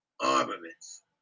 armaments